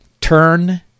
turn